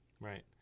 right